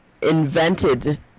invented